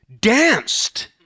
danced